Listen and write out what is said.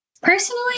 Personally